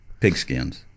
Pigskins